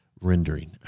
rendering